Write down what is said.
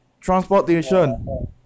Transportation